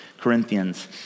Corinthians